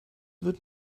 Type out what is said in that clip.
wird